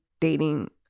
dating